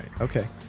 Okay